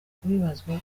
kubibazwa